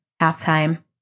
halftime